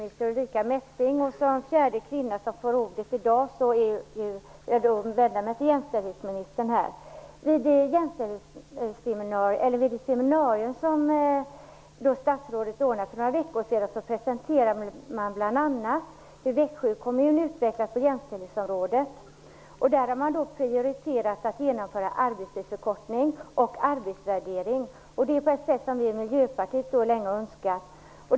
Herr talman! Jag vill vända mig till den biträdande arbetsmarknadsministern Ulrica Messing. Som den fjärde kvinna som får ordet i dag vill jag vända mig till jämställdhetsministern. Vid det seminarium som statsrådet ordnade för några veckor sedan presenterades bl.a. hur Växjö kommun utvecklats på jämställdhetsområdet. Där har man prioriterat genomförande av arbetstidsförkortning och arbetsvärdering. Det sker på ett sätt som vi i Miljöpartiet länge har önskat.